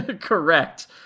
correct